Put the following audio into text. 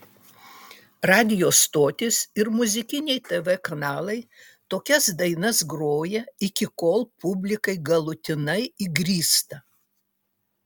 radijo stotys ir muzikiniai tv kanalai tokias dainas groja iki kol publikai galutinai įgrysta